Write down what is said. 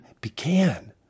began